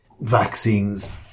vaccines